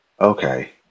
okay